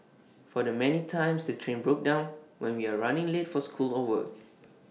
for the many times the train broke down when we are running late for school or work